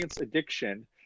addiction